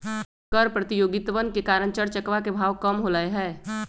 कर प्रतियोगितवन के कारण चर चकवा के भाव कम होलय है